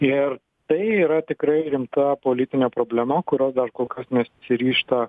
ir tai yra tikrai rimta politinė problema kurios dar kol kas nesiryžta